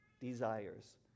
desires